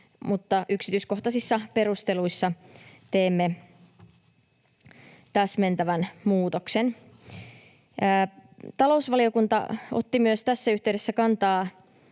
mutta yksityiskohtaisissa perusteluissa teemme täsmentävän muutoksen. Talousvaliokunta otti tässä yhteydessä myös kantaa